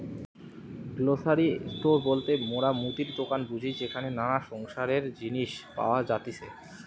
grocery store বলতে মোরা মুদির দোকান বুঝি যেখানে নানা সংসারের জিনিস পাওয়া যাতিছে